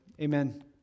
Amen